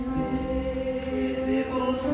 visible